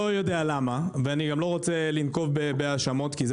לא יודע למה ואני גם לא רוצה לנקוב בהאשמות כי זה